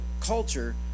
culture